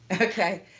Okay